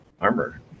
armor